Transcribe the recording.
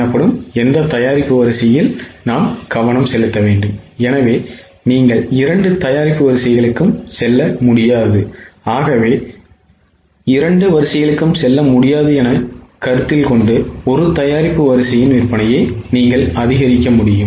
எனவே நீங்கள் இரண்டு தயாரிப்பு வரிசைகளுக்கும் செல்ல முடியாது என்று கருதி ஒரு தயாரிப்பு வரிசையின் விற்பனையை நீங்கள் அதிகரிக்க முடியும்